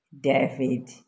David